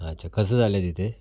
अच्छा कसं चाललं आहे तिथे